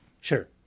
Sure